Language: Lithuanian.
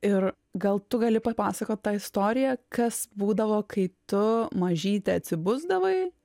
ir gal tu gali papasakot tą istoriją kas būdavo kai tu mažytė atsibusdavai